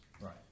Right